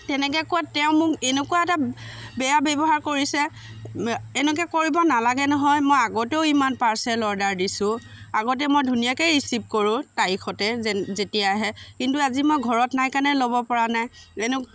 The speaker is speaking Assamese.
তেনেকে কোৱাত তেওঁ মোক এনেকুৱা এটা বেয়া ব্যৱহাৰ কৰিছে এনেকুৱা কৰিব নালাগে নহয় মই আগতেও ইমান পাৰ্চেল অৰ্ডাৰ দিছোঁ আগতে মই ধুনীয়াকে ৰিচিভ কৰোঁ তাৰিখতে যেন যেতিয়া আহে কিন্তু আজি মই ঘৰত নাই কাৰণে ল'ব পৰা নাই এনেও